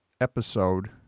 episode